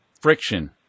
friction